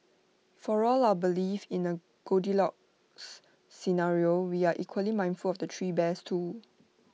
for all our belief in A goldilocks scenario we are equally mindful of the three bears too